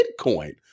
Bitcoin